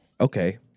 okay